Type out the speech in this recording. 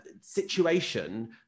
situation